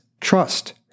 trust